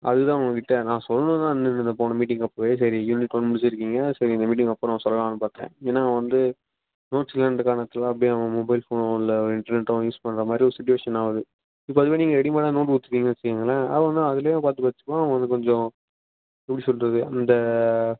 அதுதான் உங்கள்கிட்ட நான் சொல்லணுன்னு தான் இருந்துகிட்ருந்தேன் போன மீட்டிங் அப்போவே சரி யூனிட் ஒன் முடிச்சுருக்கீங்க சரி இந்த மீட்டிங் அப்புறம் சொல்லலாம்னு பார்த்தேன் ஏன்னால் வந்து நோட்ஸ் இல்லைன்ற காரணத்தில் அவன் அப்படியே மொபைல் ஃபோனோ இல்லை இன்டர்நெட்டோ அவன் யூஸ் பண்ணுற மாரி ஒரு சுச்சுவேஷன் ஆகுது இப்போ அதுவே நீங்கள் ரெடிமேடாக நோட்ஸ் கொடுத்துடீங்கன்னு வச்சுக்கோங்களேன் அவன் வந்து அதிலையே பார்த்து படிச்சுப்பான் உங்களுக்கு கொஞ்சம் எப்படி சொல்வது அந்த